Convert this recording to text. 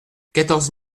quatorze